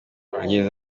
ahageze